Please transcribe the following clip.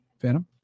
Phantom